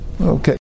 Okay